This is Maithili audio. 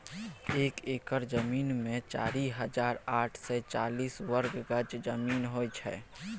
एक एकड़ जमीन मे चारि हजार आठ सय चालीस वर्ग गज जमीन होइ छै